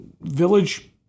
village